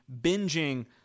binging